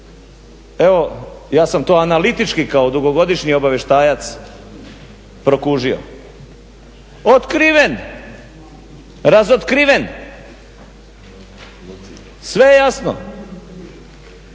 evo ja sam to analitički kao dugogodišnji obavještajac prokužio. Otkriven, razotkriven sve je jasno